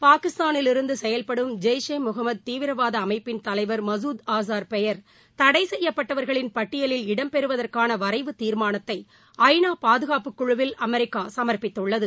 பாகிஸ்தானிலிருந்து இருந்து செயல்படும் ஜெய்ஷே முகமது தீவிரவாத அமைப்பின் தலைவர் திரு மசூத் ஆசார் பெயரை தடை செய்யப்பட்டவர்களின் பட்டியலில் இடம் பெறுவதற்கான வரைவு தீர்மானத்தை ஐநா பாதுகாப்புக் குழுவில் அமெரிக்கா சமர்ப்பித்துள்ளது